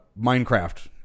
Minecraft